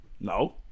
No